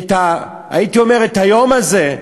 הייתי אומר, את היום הזה,